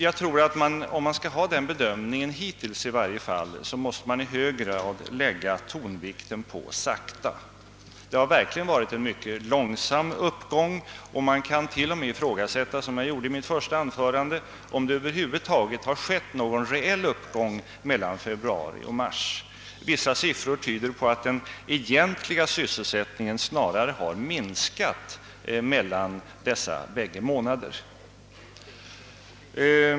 Jag tror att man, i varje fall om man vill bedöma utvecklingen hittills, i hög grad måste lägga tonvikten på »sakta». Det har verkligen varit en mycket långsam uppgång, och man kan t.o.m. ifrågasätta som jag gjorde i mitt första anförande — om det över huvud taget har varit någon reell uppgång från februari till mars. Vissa siffror tyder på att den egentliga sysselsättningen snarare har minskat under dessa två månader.